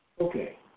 Okay